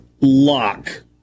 lock